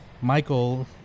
Michael